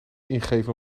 ingeven